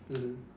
mmhmm